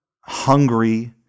hungry